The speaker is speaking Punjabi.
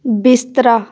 ਬਿਸਤਰਾ